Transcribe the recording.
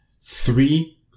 three